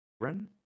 Run